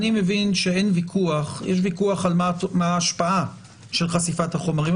שיש ויכוח על מה ההשפעה של חשיפת החומרים,